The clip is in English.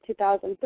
2003